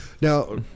now